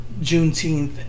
Juneteenth